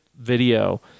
video